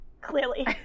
Clearly